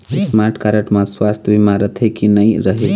Smart card म सुवास्थ बीमा रथे की नई रहे?